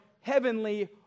heavenly